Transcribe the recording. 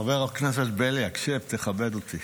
חבר הכנסת לוי, בבקשה.